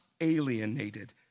alienated